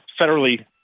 federally